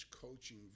coaching